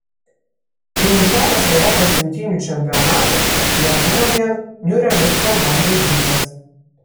finišavęs europos imtynių čempionatas nebuvo vien niūriomis spalvom dažytas